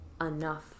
enough